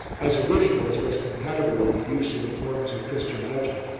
as original as was compatible with the use of the forms of christian legend,